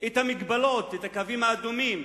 את המגבלות, את הקווים האדומים,